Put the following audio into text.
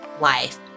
life